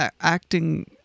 acting